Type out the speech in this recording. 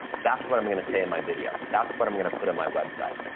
that's what i'm going to say in my video. that's what i'm going to put on my website.